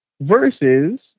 versus